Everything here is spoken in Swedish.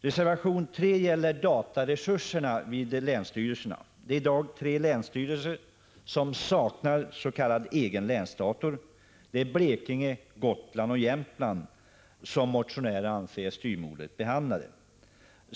Reservation 3 gäller dataresurserna vid länsstyrelserna. Det är i dag tre länsstyrelser som saknar s.k. egenlänsdator; det är Blekinge, Gotlands och Jämtlands län som motionärerna anser styvmoderligt behandlade.